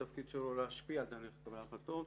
התפקיד שלו הוא להשפיע על תהליך קבלת ההחלטות.